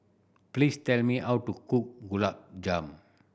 please tell me how to cook Gulab Jamun